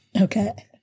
okay